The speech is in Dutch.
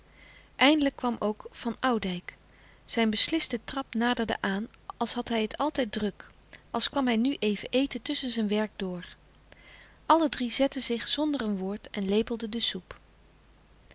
eindelijk kwam ook van oudijck zijn besliste trap naderde aan als had hij het altijd druk als kwam hij nu even eten tusschen zijn werk door alle drie zetten zich zonder een woord en lepelden de soep